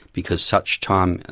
because such time,